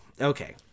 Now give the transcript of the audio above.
okay